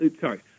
sorry